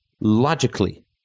logically